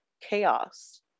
chaos